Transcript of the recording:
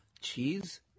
cheese